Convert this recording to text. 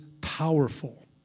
powerful